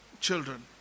children